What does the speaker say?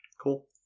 cool